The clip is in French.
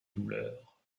douleur